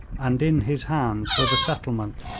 and in his hands were the settlement,